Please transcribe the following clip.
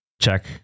check